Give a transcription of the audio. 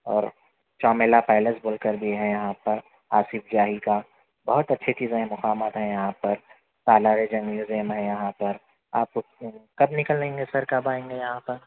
اور چامیلہ پیلیس بول کر بھی ہے یہاں پر آصف جاہی کا بہت اچھی چیزیں ہیں مقامات ہیں یہاں پر سالارِ جنگ میوزیم ہے یہاں پر آپ کب نکل لے گے سر کب آئیں گے یہاں پر